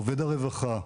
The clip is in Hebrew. עובד הרווחה,